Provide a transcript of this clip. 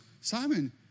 Simon